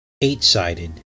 eight-sided